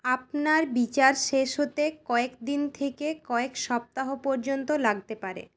আপনার বিচার শেষ হতে কয়েক দিন থেকে কয়েক সপ্তাহ পর্যন্ত লাগতে পারে